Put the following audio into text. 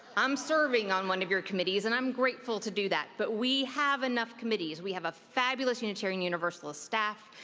i'm serving on one of your committees and i'm grateful to do that, but we have enough committees. we have a fabulous unitarian universalist staff